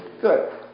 Good